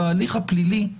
בהליך הפלילי,